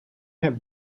have